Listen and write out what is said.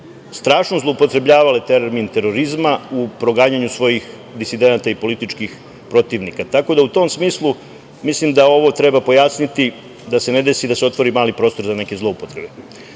strašno zloupotrebljavale termin terorizma u proganjanju svojih disidenata i političkih protivnika, tako da u tom smislu mislim da ovo treba pojasniti, da se ne desi da se otvori mali prostor za neke zloupotrebe. Druga